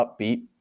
upbeat